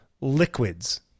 liquids